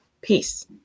Peace